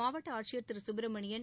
மாவட்ட ஆட்சியா் திரு சுப்ரமணியன்